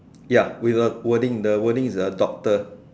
ya with a wording the wording is a doctor